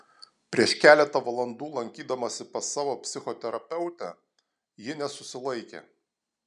prieš keletą valandų lankydamasi pas savo psichoterapeutę ji nesusilaikė